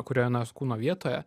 kurioj nors kūno vietoje